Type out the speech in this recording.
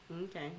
Okay